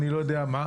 אני לא יודע כמה,